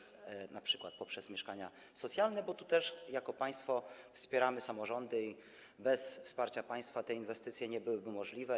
Chodzi tu np. o mieszkania socjalne, bo tu też jako państwo wspieramy samorządy i bez wsparcia państwa te inwestycje nie byłyby możliwe.